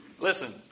Listen